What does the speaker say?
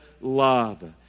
love